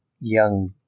young